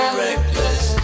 reckless